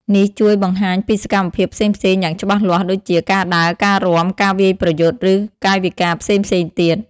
នេះជួយបង្ហាញពីសកម្មភាពផ្សេងៗយ៉ាងច្បាស់លាស់ ដូចជា ការដើរ ការរាំ ការវាយប្រយុទ្ធ ឬកាយវិការផ្សេងៗទៀត។